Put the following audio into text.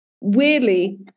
weirdly